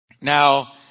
Now